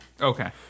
Okay